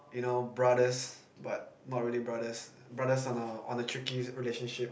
you know brothers but not really brothers brothers on a on a tricky relationship